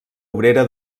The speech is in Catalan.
obrera